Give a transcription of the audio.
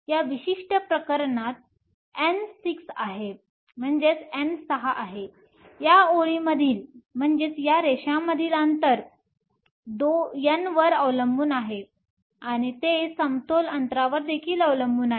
या विशिष्ट प्रकरणात N 6 आहे या ओळींमधील अंतर N वर अवलंबून आहे आणि ते समतोल अंतरावर देखील अवलंबून आहे